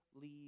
leave